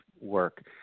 work